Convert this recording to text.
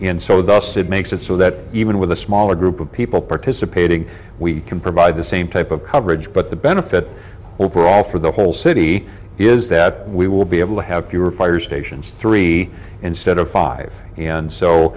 in so thus it makes it so that even with a smaller group of people participating we can provide the same type of coverage but the benefit overall for the whole city is that we will be able to have fewer fire stations three instead of five and so